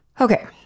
Okay